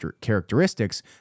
characteristics